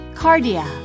cardia